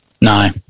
No